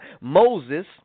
Moses